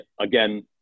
again